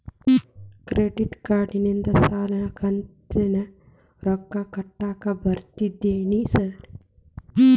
Credit ಕಾರ್ಡನಿಂದ ಸಾಲದ ಕಂತಿನ ರೊಕ್ಕಾ ಕಟ್ಟಾಕ್ ಬರ್ತಾದೇನ್ರಿ ಸಾರ್?